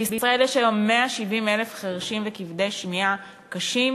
בישראל יש היום 170,000 חירשים וכבדי שמיעה קשים